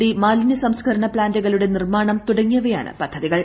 D മാലിന്യ സംസ്കരണ പ്ലാന്റുകളുടെ നിർമാണം തുടങ്ങിയവയാണ് പദ്ധതികൾ